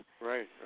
Right